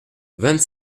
vingt